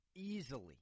Easily